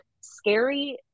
scary